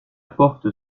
porte